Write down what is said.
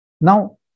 Now